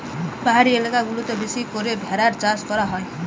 পাহাড়ি এলাকা গুলাতে বেশি করে ভেড়ার চাষ করা হয়